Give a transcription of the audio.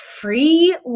free